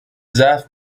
ضعف